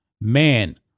man